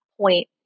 point